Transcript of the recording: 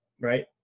right